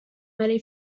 many